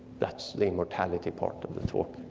that's the immortality part of the talk.